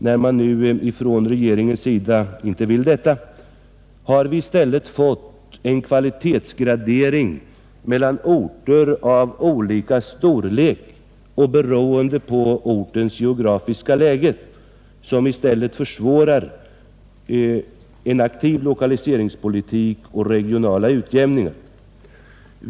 När nu regeringen inte vill göra detta har vi i stället fått en kvalitetsgradering mellan orter av olika storlek och med olika geografiskt läge som i stället försvårar en aktiv lokaliseringspolitik och regionala utjämningar.